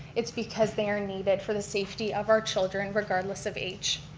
it's because they are needed for the safety of our children, regardless of age.